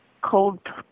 cold